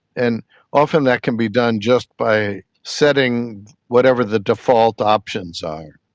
and often that can be done just by setting whatever the default options are.